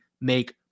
make